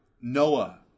Noah